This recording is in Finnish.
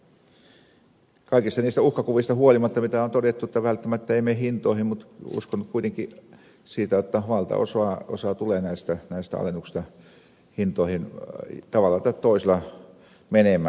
kaikista niistä uhkakuvista huolimatta mitä on todettu että välttämättä ei mene hintoihin uskon kuitenkin jotta valtaosa näistä alennuksista tulee hintoihin tavalla tai toisella menemään